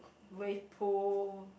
wave pool